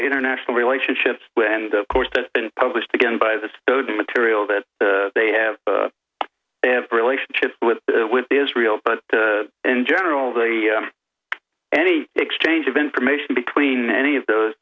international relationships and of course that's been published again by this road material that they have a relationship with with israel but in general they any exchange of information between any of those